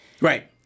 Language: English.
Right